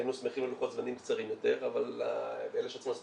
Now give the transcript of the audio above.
היינו שמחים ללוחות זמנים קצרים יותר אבל אלה שצריכים לעשות